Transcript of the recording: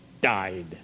died